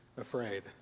afraid